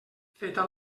feta